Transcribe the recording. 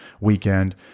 weekend